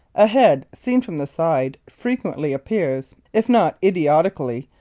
a head seen from the side frequently appears, if not idiotically,